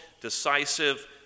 decisive